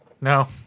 No